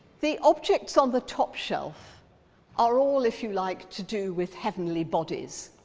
the objects on the top shelf are all, if you like, to do with heavenly bodies.